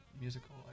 musical